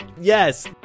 Yes